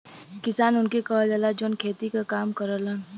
किसान उनके कहल जाला, जौन खेती क काम करलन